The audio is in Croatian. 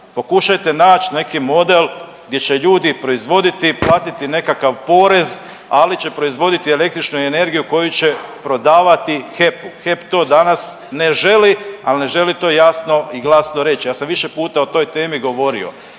Pokušajte naći neki model gdje će ljudi proizvoditi, platiti nekakav porez ali će proizvoditi električnu energiju koju će prodavati HEP-u. HEP to danas ne želi, ali ne želi to jasno i glasno reći. Ja sam više puta o toj temi govorio.